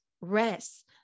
rest